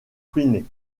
ruinée